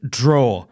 draw